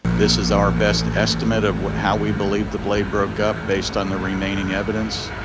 this is our best estimate of how we believe the blade broke up based on the remaining evidence.